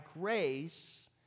grace